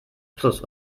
plus